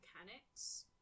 mechanics